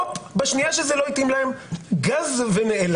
הופ, בשנייה שזה לא התאים להם גז ונעלם.